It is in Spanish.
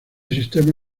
sistema